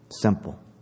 Simple